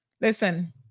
Listen